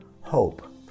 hope